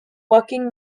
working